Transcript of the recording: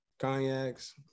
cognacs